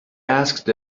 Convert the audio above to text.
asked